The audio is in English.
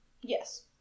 Yes